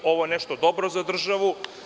Ovo je nešto dobro za državu.